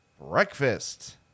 breakfast